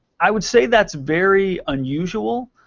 i would say that's very unusual